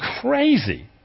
crazy